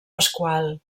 pasqual